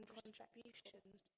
contributions